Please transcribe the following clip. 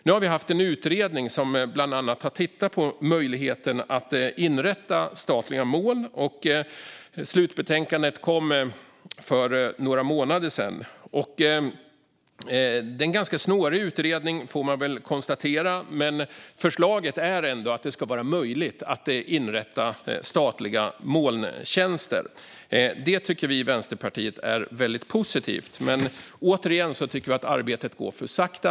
Nu har vi haft en utredning som bland annat har tittat på möjligheten att inrätta statliga moln. Slutbetänkandet kom för några månader sedan. Det är en ganska snårig utredning, får man väl konstatera, men förslaget är ändå att det ska vara möjligt att inrätta statliga molntjänster. Det tycker vi i Vänsterpartiet är väldigt positivt, men återigen tycker vi att arbetet går för sakta.